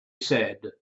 said